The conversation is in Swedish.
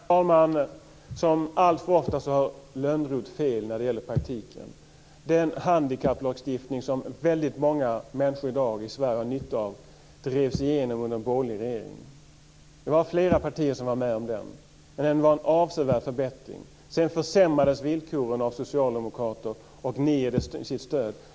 Herr talman! Som allt som oftast har Lönnroth fel när det gäller praktiken. Den handikapplagstiftning som väldigt många människor i dag i Sverige har nytta av drevs igenom under en borgerlig regering. Det var flera partier som var med om den. Det var en avsevärd förbättring. Sedan försämrades villkoren av Socialdemokraterna, och ni ger ert stöd.